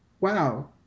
wow